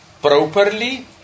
properly